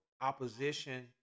opposition